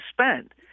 spend